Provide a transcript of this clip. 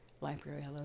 Library